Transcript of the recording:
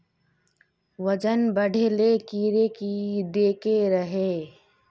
वजन बढे ले कीड़े की देके रहे?